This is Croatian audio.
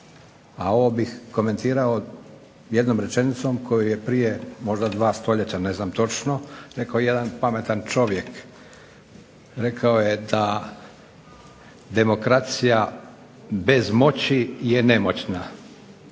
a ovo bih komentirao jednom rečenicom koju je prije možda 2 stoljeća, ne znam točno, rekao jedan pametan čovjek. Rekao je da demokracija bez moći je nemoćna,